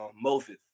Moses